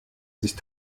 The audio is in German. sich